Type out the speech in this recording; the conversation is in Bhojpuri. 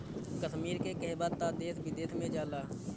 कश्मीर के कहवा तअ देश विदेश में जाला